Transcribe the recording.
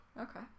Okay